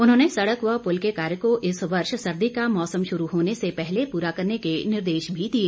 उन्होंने सड़क व पुल के कार्य को इस वर्ष सर्दी का मौसम शुरू होने से पहले पूरा करने के निर्देश भी दिए